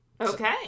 Okay